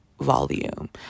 volume